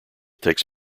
takes